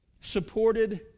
supported